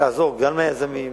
שתעזור גם ליזמים,